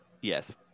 Yes